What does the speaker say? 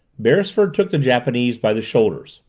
beresford took the japanese by the shoulders.